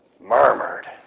murmured